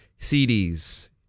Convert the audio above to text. CDs